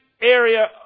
area